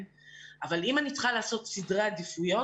אבל אם אני צריכה לעשות סדרי עדיפויות,